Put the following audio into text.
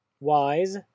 Wise